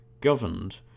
governed